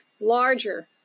larger